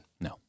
No